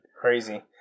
Crazy